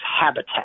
habitat